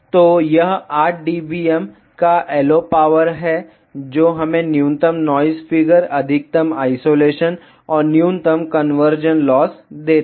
तो यह 8 dBm का LO पावर है जो हमें न्यूनतम नॉइस फिगर अधिकतम आइसोलेशन और न्यूनतम कन्वर्जन लॉस देता है